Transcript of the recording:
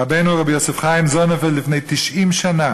רבנו, רבי יוסף חיים זוננפלד, לפני 90 שנה